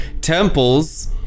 temples